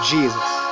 Jesus